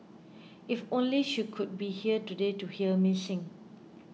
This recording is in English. if only she could be here today to hear me sing